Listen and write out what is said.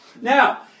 Now